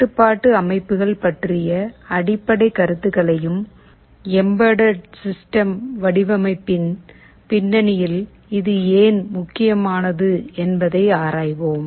கட்டுப்பாட்டு அமைப்புகள் பற்றிய அடிப்படை கருத்துகளையும் எம்பெட்டட் சிஸ்டம் வடிவமைப்பின் பின்னணியில் இது ஏன் முக்கியமானது என்பதையும் ஆராய்வோம்